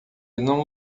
não